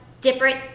different